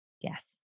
Yes